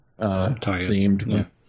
themed